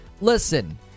Listen